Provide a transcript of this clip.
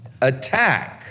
attack